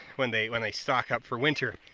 when they when they stock up for winter,